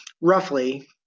roughly